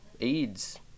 aids